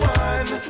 one